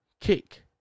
kick